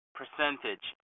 percentage